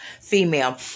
female